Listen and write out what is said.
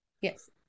Yes